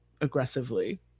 aggressively